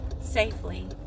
safely